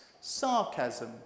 Sarcasm